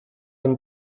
ein